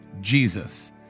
Jesus